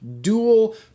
dual